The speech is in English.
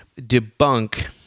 debunk